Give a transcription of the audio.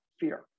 fear